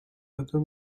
weather